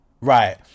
Right